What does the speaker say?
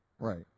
Right